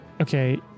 Okay